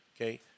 okay